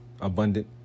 abundant